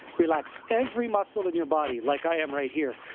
relax every muscle in your body, like i am right here.